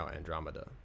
Andromeda 。